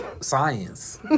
Science